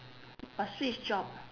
must switch job ah